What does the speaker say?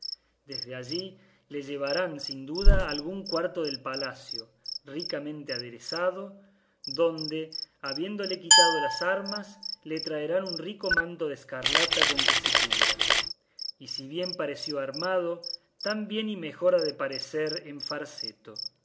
desde allí le llevarán sin duda a algún cuarto del palacio ricamente aderezado donde habiéndole quitado las armas le traerán un rico manto de escarlata con que se cubra y si bien pareció armado tan bien y mejor ha de parecer en farseto